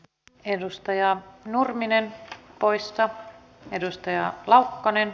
n edustaja nurminen poistaa vedestä ja laukkanen